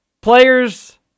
players